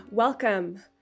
Welcome